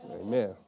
Amen